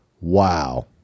Wow